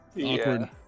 Awkward